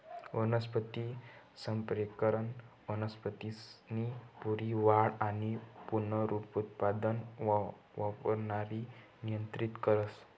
वनस्पती संप्रेरक वनस्पतीसनी पूरी वाढ आणि पुनरुत्पादक परणाली नियंत्रित करस